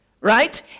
right